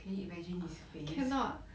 can you imagine his face